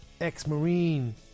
ex-Marine